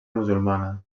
musulmana